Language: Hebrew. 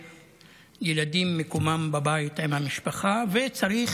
שילדים, מקומם בבית עם המשפחה, וצריך